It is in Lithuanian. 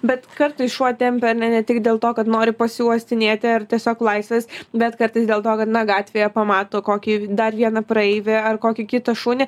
bet kartais šuo tempia ne ne tik dėl to kad nori pasiuostinėti ar tiesiog laisvės bet kartais dėl to kad na gatvėje pamato kokį dar vieną praeivį ar kokį kitą šunį